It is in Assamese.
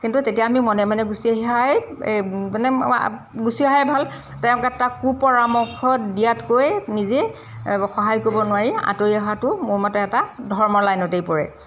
কিন্তু তেতিয়া আমি মনে মানে গুচি অহাই এই মানে গুচি অহাই ভাল তেওঁলোকে তাক কু পৰামৰ্শ দিয়াতকৈ নিজে সহায় কৰিব নোৱাৰি আঁতৰি অহাটো মোৰ মতে এটা ধৰ্মৰ লাইনতেই পৰে